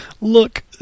look